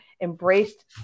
embraced